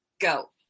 go